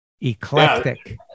Eclectic